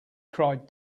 cried